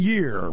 Year